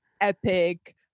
epic